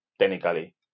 technically